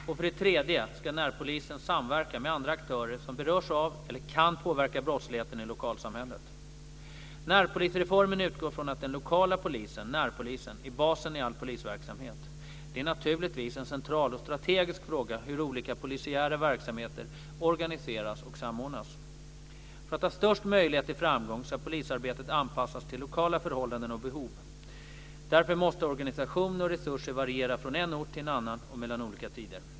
Och för det tredje ska närpolisen samverka med andra aktörer som berörs av eller kan påverka brottsligheten i lokalsamhället. Närpolisreformen utgår från att den lokala polisen, närpolisen, är basen i all polisverksamhet. Det är naturligtvis en central och strategisk fråga hur olika polisiära verksamheter organiseras och samordnas. För att ha störst möjlighet till framgång ska polisarbetet anpassas till lokala förhållanden och behov. Därför måste organisation och resurser variera från en ort till en annan och mellan olika tider.